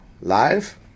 live